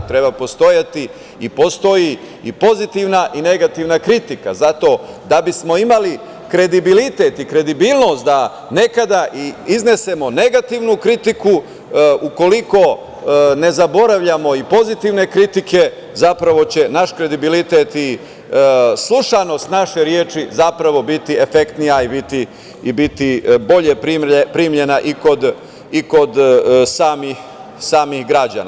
Treba postojati i postoji i pozitivna i negativna kritika, zato da bismo imali kredibilitet i kredibilnost da nekada i iznesemo negativnu kritiku ukoliko ne zaboravljamo i pozitivne kritike, zapravo će naš kredibilitet i slušanost naše reči zapravo biti efektnija i biti bolje primljena i kod samih građana.